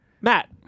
Matt